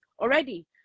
already